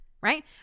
right